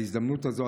בהזדמנות הזו,